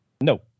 No